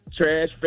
trash